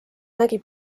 nägi